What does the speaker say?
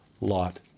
Lot